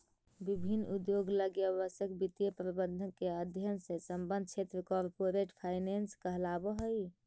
विभिन्न उद्योग लगी आवश्यक वित्तीय प्रबंधन के अध्ययन से संबद्ध क्षेत्र कॉरपोरेट फाइनेंस कहलावऽ हइ